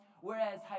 whereas